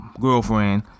girlfriend